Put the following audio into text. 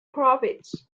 profits